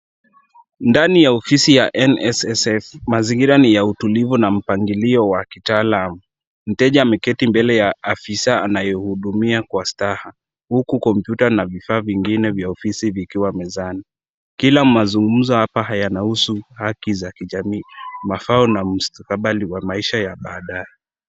Ndani ya ofisi ya NSSS, mazingira ni ya utuliivu na mpangilio wa kitaalam. Mteja ameketi mbele ya afisa anayehudumia kwa staha huku komputa na vifaa vingine vya ofisi vikiwa mezani. Kila mazungumzo hapa yanahusu haki za kijamii, mafao na mstakabali wa maisha ya baadae.